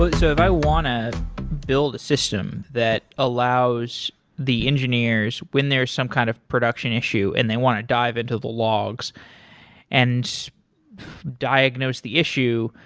ah if i want to build a system that allows the engineers when there some kind of production issue and they want to dive into the logs and diagnose the issue.